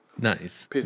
Nice